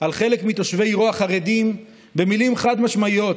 על חלק מתושבי עירו החרדים במילים חד-משמעיות,